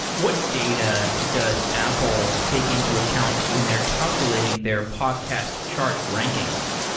what data does apple take into account when they're calculating their podcast chart rankings?